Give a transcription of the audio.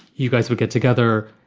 you guys would get together.